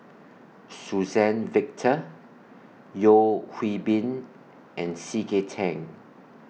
Suzann Victor Yeo Hwee Bin and C K Tang